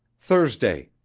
thursday,